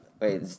Wait